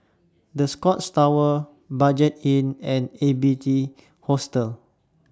The Scotts Tower Budget Inn and A B C Hostel